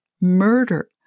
murder